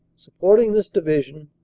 supporting this division,